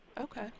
Okay